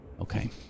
okay